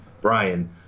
Brian